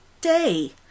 day